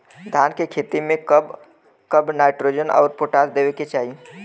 धान के खेती मे कब कब नाइट्रोजन अउर पोटाश देवे के चाही?